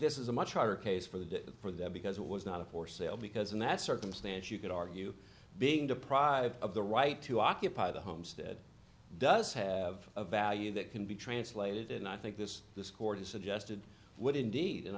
this is a much harder case for the for the because it was not a for sale because in that circumstance you could argue being deprived of the right to occupy the homestead does have a value that can be translated and i think this this court has suggested would indeed and